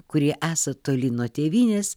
kurie esat toli nuo tėvynės